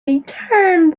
returned